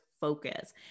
focus